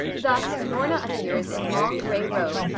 thus, norna appears in long, gray robe,